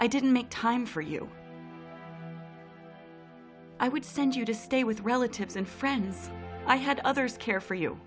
i didn't make time for you i would send you to stay with relatives and friends i had others care for you